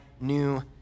new